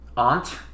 Aunt